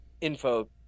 info